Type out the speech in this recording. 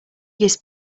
biggest